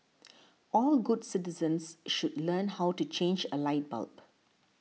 all good citizens should learn how to change a light bulb